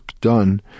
done